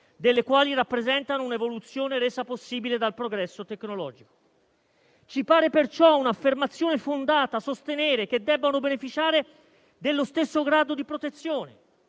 delle quali rappresentano un'evoluzione resa possibile dal progresso tecnologico. Ci pare perciò un'affermazione fondata sostenere che debbano beneficiare dello stesso grado di protezione